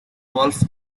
wolfe